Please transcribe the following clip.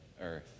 earth